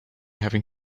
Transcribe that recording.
having